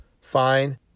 fine